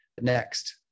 next